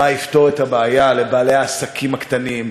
מה יפתור את הבעיה לבעלי העסקים הקטנים,